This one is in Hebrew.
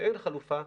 שאין חלופה,